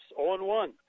0-1